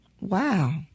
wow